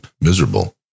miserable